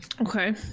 Okay